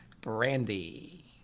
Brandy